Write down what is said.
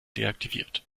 deaktiviert